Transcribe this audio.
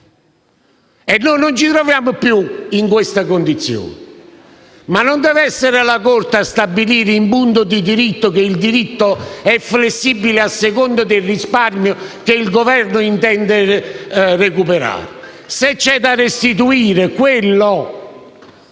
e noi non ci troviamo più in queste condizioni, ma non deve essere la Corte a stabilire in punto di diritto che il diritto è flessibile a seconda del risparmio che il Governo intende recuperare: se c'è da restituire quello